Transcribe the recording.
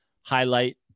highlight